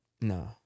No